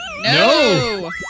No